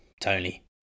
Tony